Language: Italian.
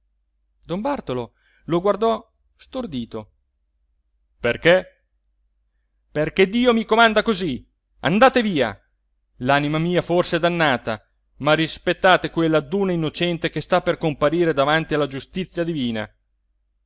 don bartolo lo guardò stordito perché perché dio mi comanda così andate via l'anima mia forse è dannata ma rispettate quella d'una innocente che sta per comparire davanti alla giustizia divina